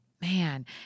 Man